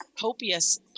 copious